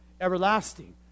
Everlasting